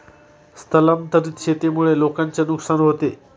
स्थलांतरित शेतीमुळे लोकांचे नुकसान होते